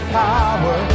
power